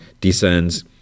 descends